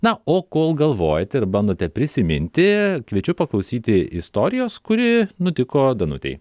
na o kol galvojate ir bandote prisiminti kviečiu paklausyti istorijos kuri nutiko danutei